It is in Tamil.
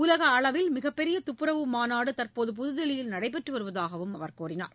உலகளவில் மிகப்பெரிய துப்புரவு மாநாடு தற்போது புதுதில்லியில் நடைபெற்று வருவதாகவும் அவர் தெரிவித்தார்